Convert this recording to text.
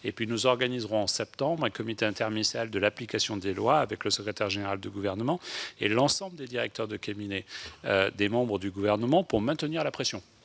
nous organiserons en septembre un comité interministériel de l'application des lois, avec le secrétaire général du Gouvernement et l'ensemble des directeurs de cabinet des membres du Gouvernement, pour maintenir la pression.